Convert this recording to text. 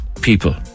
people